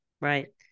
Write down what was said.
Right